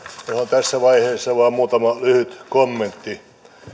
tässä vaiheessa vain muutama lyhyt kommentti